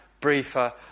briefer